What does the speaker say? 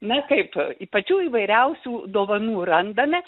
na kaip i pačių įvairiausių dovanų randame